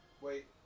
Wait